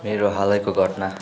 मेरो हालैको घटना